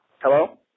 Hello